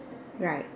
right